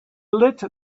lit